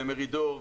למרידור,